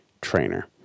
trainer